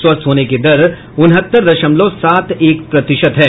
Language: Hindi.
स्वस्थ होने की दर उनहत्तर दशमलव सात एक प्रतिशत है